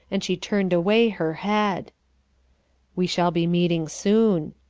and she turned away her head we shall be meeting soon,